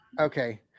okay